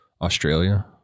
Australia